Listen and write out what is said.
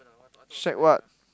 shack what